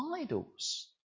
idols